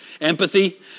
empathy